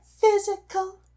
physical